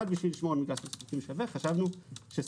כדי לשמור על מגרש משחקים שווה חשבנו שסביר